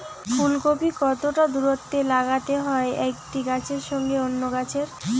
ফুলকপি কতটা দূরত্বে লাগাতে হয় একটি গাছের সঙ্গে অন্য গাছের?